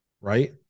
right